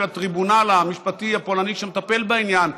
הטריבונל המשפטי הפולני שמטפל בעניין,